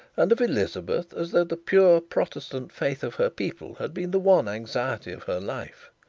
and of elizabeth as though the pure protestant faith of her people had been the one anxiety of her life.